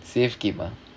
safe game ah